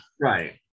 right